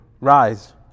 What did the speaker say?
Rise